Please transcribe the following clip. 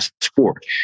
sport